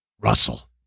Russell